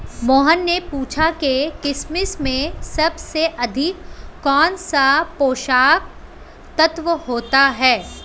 मोहन ने पूछा कि किशमिश में सबसे अधिक कौन सा पोषक तत्व होता है?